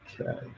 Okay